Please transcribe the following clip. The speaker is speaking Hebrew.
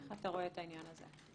איך אתה רואה את העניין הזה?